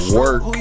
work